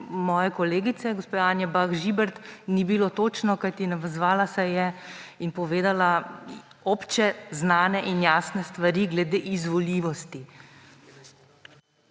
moje kolegice gospe Anje Bah Žibert ni bilo točno? Kajti navezovala se je in povedala obče znane in jasne stvari glede izvoljivosti.